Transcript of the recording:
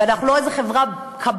ואנחנו לא איזה חברה קבלנית,